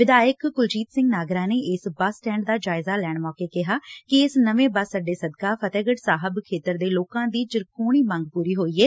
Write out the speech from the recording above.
ਵਿਧਾਇਕ ਕੁਲਜੀਤ ਸਿੰਘ ਨਾਗਰਾ ਨੇ ਇਸ ਬੱਸ ਸਟੈਂਡ ਦਾ ਜਾਇਜ਼ਾ ਲੈਣ ਮੌਕੇ ਕਿਹਾ ਕਿ ਇਸ ਨਵੇਂ ਬੱਸ ਅੱਡੇ ਸਦਕਾ ਫ਼ਤਹਿਗੜ੍ਹ ਸਾਹਿਬ ਖੇਤਰ ਦੇ ਲੋਕਾਂ ਦੀ ਚਿਰਕੋਣੀ ਮੰਗ ਪੂਰੀ ਹੋਈ ਏ